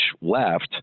left